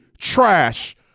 trash